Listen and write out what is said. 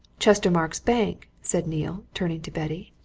chestermarke's bank, said neale, turning to betty.